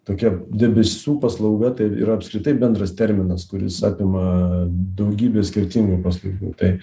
tokia debesų paslauga tai yra apskritai bendras terminas kuris apima daugybę skirtingų paslaugų tai